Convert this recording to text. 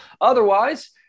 Otherwise